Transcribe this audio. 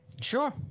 Sure